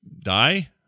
die